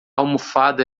almofada